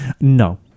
No